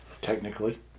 Technically